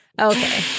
okay